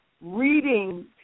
reading